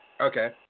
Okay